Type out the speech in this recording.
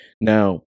Now